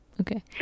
Okay